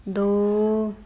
ਦੋ